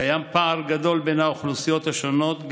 קיים פער גדול בין האוכלוסיות השונות,